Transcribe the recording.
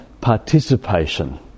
participation